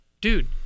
dude